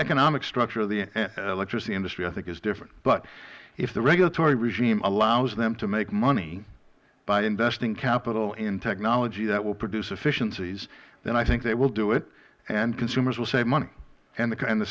economic structure of the electricity industry i think is different but if the regulatory regime allows them to make money by investing capital in technology that will produce efficiencies then i think they will do it and consumers will save money and the